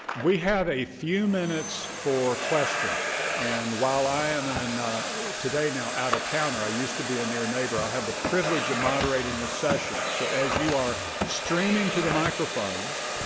we have a few minutes for questions. and while i am and today, now, out of towner, i used to be a near neighbor, i have the privilege of moderating this session. so as you are streaming to the microphones,